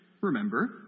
remember